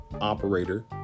operator